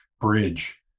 bridge